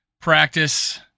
practice